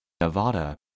Nevada